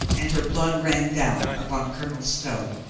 and her blood ran down upon colonel stow.